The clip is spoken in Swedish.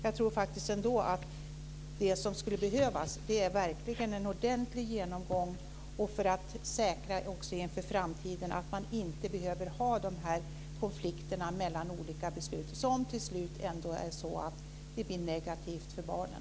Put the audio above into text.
Jag tror att det skulle behövas en ordentlig genomgång för att för framtiden undvika att olika beslut kolliderar, något som till slut blir negativt för barnen.